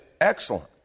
excellent